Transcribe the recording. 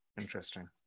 Interesting